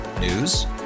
News